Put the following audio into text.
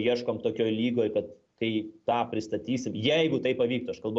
ieškom tokioj lygoj kad kai tą pristatysim jeigu tai pavyktų aš kalbu